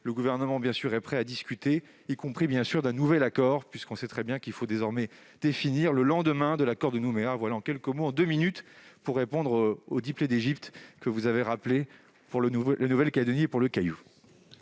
le Gouvernement est bien sûr prêt à discuter, y compris d'un nouvel accord, puisque nous savons très bien qu'il faut désormais écrire les lendemains de l'accord de Nouméa. Voilà, en quelques mots et en deux minutes, ma réponse aux dix plaies d'Égypte que vous avez évoquées pour la Nouvelle-Calédonie, pour le Caillou.